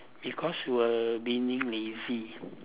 because you were being lazy